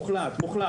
מוחלט,